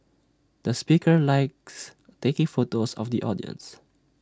the speaker likes taking photos of the audience